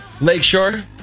Lakeshore